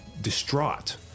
distraught